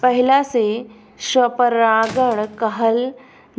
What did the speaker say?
पहिला से स्वपरागण कहल